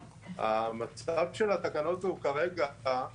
המצב של התקנות כרגע הוא